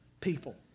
people